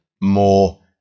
more